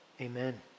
Amen